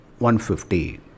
150